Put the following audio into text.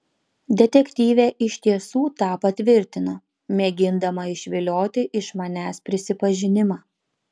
detektyvė iš tiesų tą patvirtino mėgindama išvilioti iš manęs prisipažinimą